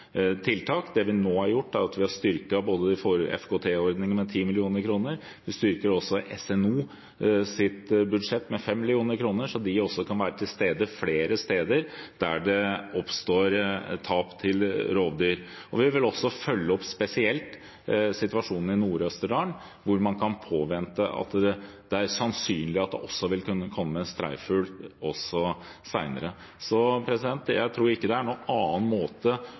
gjort, er at vi har styrket FKT-ordningene med 10 mill. kr, og vi styrker også SNOs budsjett med 5 mill. kr, sånn at de kan være til stede flere steder der det oppstår tap til rovdyr. Vi vil også spesielt følge opp situasjonen i Nord-Østerdal, hvor man kan vente at det er sannsynlig at det også vil kunne komme streifulv senere. Jeg tror ikke det er noen annen måte